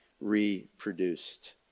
reproduced